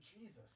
Jesus